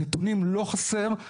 הנתונים, לא חסר.